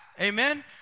amen